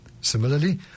Similarly